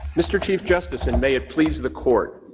mr. chief justice, and may it please the court.